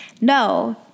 No